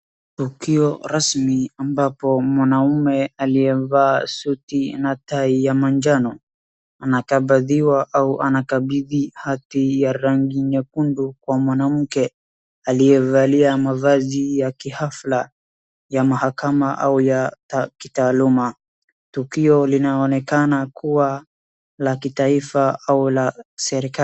tukio rasmi ambayo mwanaume aliyevaa suti ya manjano anakabidhwa hatimiliki ya rangi nyekundu kwa mwanamke aliyevalia mavazi ya kihafla ya mahakama au ya kitaluma , tukio linaonekana kuwa la kitaifa au la serikali